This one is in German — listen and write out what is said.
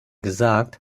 gesagt